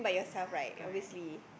yeah correct